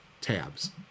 tabs